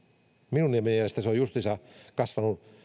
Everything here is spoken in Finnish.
minun mielestäni se on justiinsa kasvanut